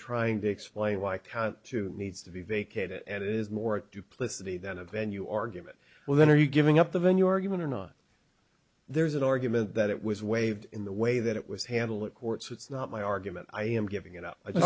trying to explain why count two needs to be vacated and it is more duplicity than a venue argument well then are you giving up the venue argument or not there's an argument that it was waived in the way that it was handled that courts it's not my argument i am giving it up